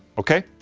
ok?